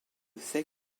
fait